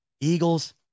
Eagles